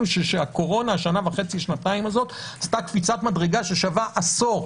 שהקורונה שנה וחצי-שנתיים עשתה קפיצת מדרגה ששווה עשור,